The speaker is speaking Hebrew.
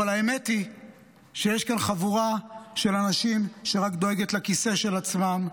אבל האמת היא שיש כאן חבורה של אנשים שרק דואגת לכיסא של עצמם,